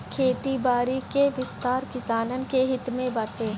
खेती बारी कअ विस्तार किसानन के हित में बाटे